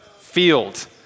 Field